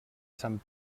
sant